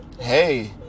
hey